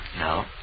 No